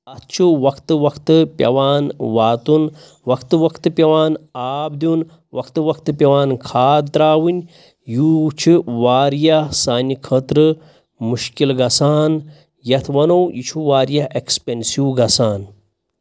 اَتھ چھُ وقتہٕ وقتہٕ پٮ۪وان واتُن وقتہٕ وقتہٕ پٮ۪وان آب دیُن وقتہٕ وقتہٕ پٮ۪وان کھاد ترٛاوٕنۍ یوٗ چھِ واریاہ سانہِ خٲطرٕ مُشکِل گژھان یَتھ وَنو یہِ چھُ واریاہ اٮ۪کٕسپٮ۪نسِو گژھان